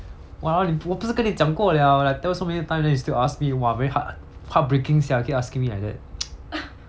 !walao! 你我不是跟你讲过 liao I tell you so many times then you still ask me !wah! very heart~ heartbreaking sia keep asking me like that